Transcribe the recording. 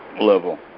level